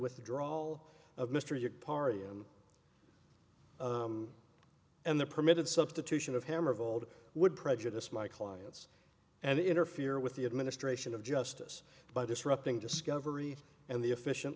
withdraw all of mr your party and and the permitted substitution of hammer of old would prejudice my clients and interfere with the administration of justice by disrupting discovery and the efficient